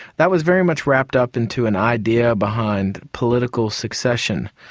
that was very much wrapped up into an idea behind political succession,